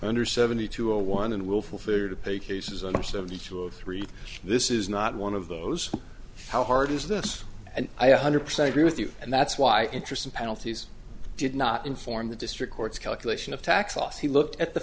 under seventy two a one and willful figure to pay cases under seventy two or three this is not one of those how hard is this and i have hundred percent agree with you and that's why interest and penalties did not inform the district court's calculation of tax loss he looked at the